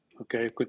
Okay